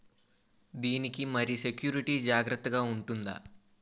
దీని కి మరి సెక్యూరిటీ జాగ్రత్తగా ఉంటుందా?